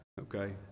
Okay